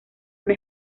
una